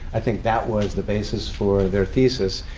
i think that was the basis for their thesis.